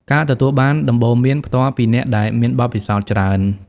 ការទទួលបានដំបូន្មានផ្ទាល់ពីអ្នកដែលមានបទពិសោធន៍ច្រើន។